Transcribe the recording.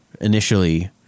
initially